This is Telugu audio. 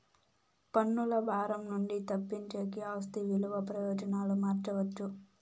పన్నుల భారం నుండి తప్పించేకి ఆస్తి విలువ ప్రయోజనాలు మార్చవచ్చు